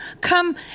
Come